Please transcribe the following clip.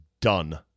done